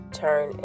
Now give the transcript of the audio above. turn